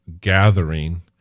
gathering